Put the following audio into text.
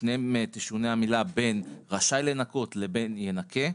ובשניהם תשונה המילה בין "רשאי לנכות" ל"ינכה".